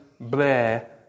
Blair